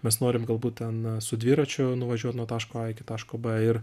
mes norim galbūt ten su dviračiu nuvažiuot nuo taško a iki taško b ir